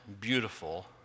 beautiful